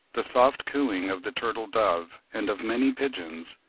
the soft cooing of the turtle-dove and of many pigeons,